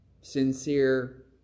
sincere